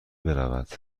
برود